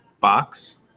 box